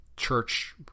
church